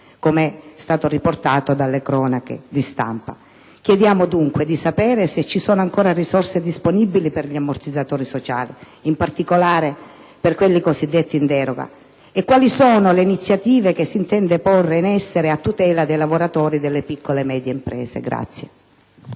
come riportato dalle cronache di stampa. Chiediamo dunque di sapere se ci sono ancora risorse disponibili per gli ammortizzatori sociali, in particolare per quelli cosiddetti in deroga, e quali sono le iniziative che si intende porre in essere a tutela dei lavoratori delle piccole e medie imprese.